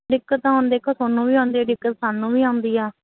ਦਿੱਕਤ ਤਾਂ ਹੁਣ ਦੇਖੋ ਤੁਹਾਨੂੰ ਵੀ ਆਉਂਦੀ ਦਿੱਕਤ ਸਾਨੂੰ ਵੀ ਆਉਂਦੀ ਆ